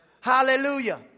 Hallelujah